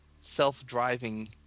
self-driving –